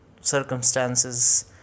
circumstances